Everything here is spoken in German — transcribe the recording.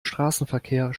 straßenverkehr